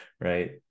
right